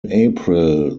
april